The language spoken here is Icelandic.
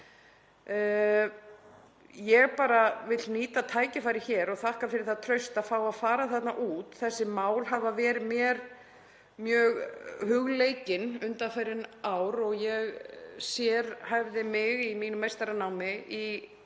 Ég vil nýta tækifærið hér og þakka fyrir það traust að fá að fara þarna út. Þessi mál hafa verið mér mjög hugleikin undanfarin ár og ég sérhæfði mig í mínu meistaranámi í